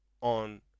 on